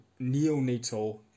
neonatal